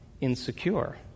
insecure